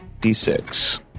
D6